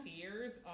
fears